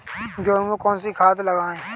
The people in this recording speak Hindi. गेहूँ में कौनसी खाद लगाएँ?